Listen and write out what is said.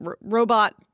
robot